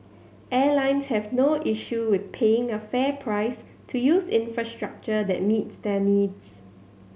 airlines have no issue with paying a fair price to use infrastructure that meets their needs